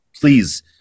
please